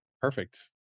perfect